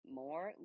more